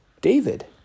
David